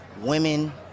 women